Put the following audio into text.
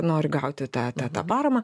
nori gauti tą tą tą paramą